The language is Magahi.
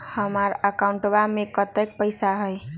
हमार अकाउंटवा में कतेइक पैसा हई?